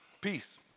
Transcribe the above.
peace